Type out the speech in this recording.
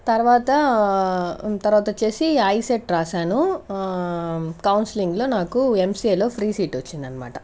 తర్వాత తర్వాత వచ్చేసి ఐసెట్ రాశాను కౌన్సిలింగ్లో నాకు ఎంసీఏలో ఫ్రీ సీట్ వచ్చిందనమాట